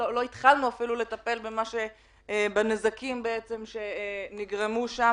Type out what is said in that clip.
התחלנו אפילו לטפל בנזקים שנגרמו לעיר ממנה.